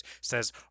says